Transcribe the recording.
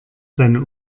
seine